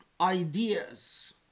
ideas